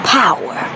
power